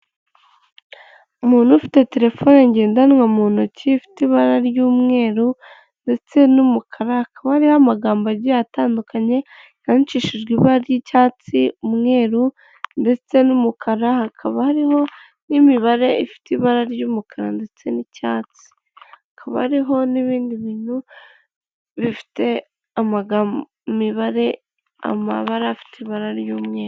Umuntu ufite telefone ngendanwa mu ntoki, ifite ibara ry'umweru ndetse n'umukara, hakaba hariho amagambo agiye atandukanye, yandikishijwe ibara ry'icyatsi umweru ndetse n'umukara, hakaba hariho n'imibare ifite ibara ry'umukara ndetse n'icyatsi, hakaba hariho n'ibindi bintu bifite imibare, amabara afite ibara ry'umweru.